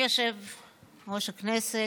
אדוני יושב-ראש הכנסת,